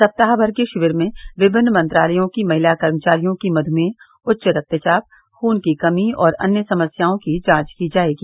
सप्ताह भर के शिविर में विभिन्न मंत्रालयों की महिला कर्मचारियों की मधुमेह उच्च रक्तचाप खून की कमी और अन्य समस्याओं की जांच की जायेगी